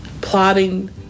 plotting